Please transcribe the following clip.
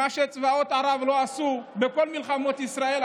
מה שצבאות ערב לא עשו בכל מלחמות ישראל,